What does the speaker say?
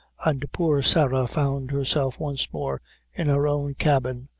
and poor sarah found herself once more in her own cabin,